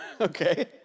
okay